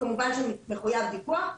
כמובן שהוא מחויב פיקוח.